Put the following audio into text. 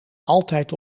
altijd